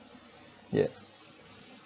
yeah